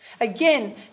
Again